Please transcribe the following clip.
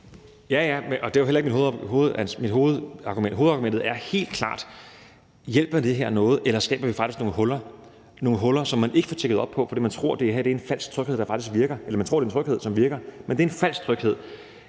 ja, og det er jo heller ikke mit hovedargument. Hovedspørgsmålet er helt klart: Hjælper det her noget, eller skaber vi faktisk nogle huller, som man ikke er opmærksom på, fordi man tror, det her er noget, som faktisk virker, men som giver en falsk tryghed?